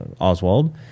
Oswald